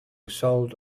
sold